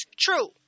true